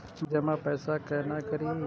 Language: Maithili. मासिक जमा पैसा केना करी?